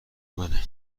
منه